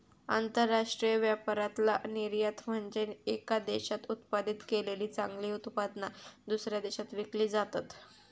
आंतरराष्ट्रीय व्यापारातला निर्यात म्हनजे येका देशात उत्पादित केलेली चांगली उत्पादना, दुसऱ्या देशात विकली जातत